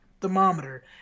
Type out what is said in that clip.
thermometer